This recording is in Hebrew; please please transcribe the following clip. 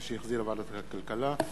2011, שהחזירה ועדת הכלכלה.